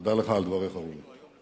תודה לך על דבריך, רובי,